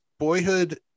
boyhood